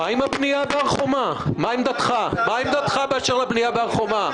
מה עמדתך באשר לבנייה בהר חומה?